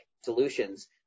solutions